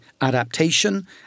adaptation